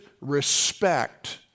respect